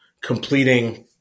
completing